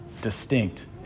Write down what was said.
distinct